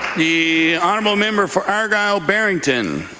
the honourable member for argyle-barrington.